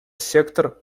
сектор